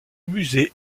musée